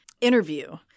interview